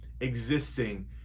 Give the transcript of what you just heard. existing